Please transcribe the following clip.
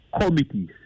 committees